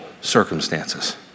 circumstances